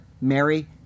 Mary